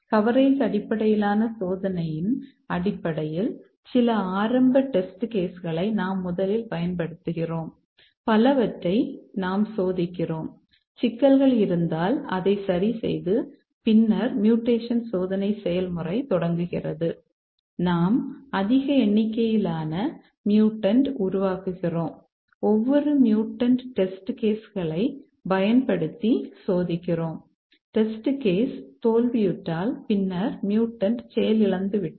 coverage அடிப்படையிலான சோதனையின் அடிப்படையில் சில ஆரம்ப டெஸ்ட் கேஸ் செயலிழந்து விட்டது